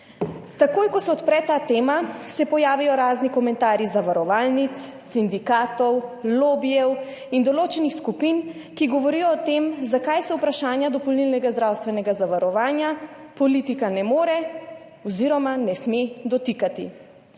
Takoj, ko se odpre ta tema, se pojavijo razni komentarji zavarovalnic, sindikatov, lobijev in določenih skupin, ki govorijo o tem, zakaj se vprašanja dopolnilnega zdravstvenega zavarovanja politika ne more oziroma ne sme dotikati.